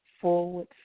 forward